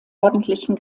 ordentlichen